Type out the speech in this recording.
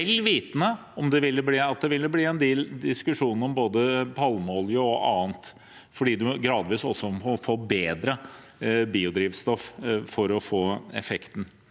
vel vitende om at det ville bli en del diskusjon om både palmeolje og annet, for man må gradvis få bedre biodrivstoff for å få effekt.